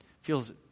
feels